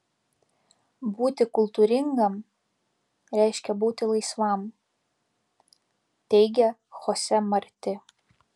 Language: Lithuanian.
būti kultūringam reiškia būti laisvam teigia chose marti